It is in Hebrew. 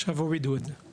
עכשיו הורידו את זה.